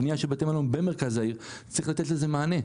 בנייה של בתי מלון במרכז העיר צריך לתת לזה מענה.